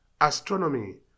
astronomy